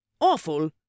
Awful